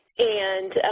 and